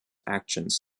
actions